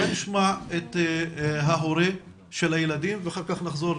אולי נשמע את ההורים של הילדים ואחר כך נחזור.